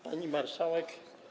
Pani Marszałek!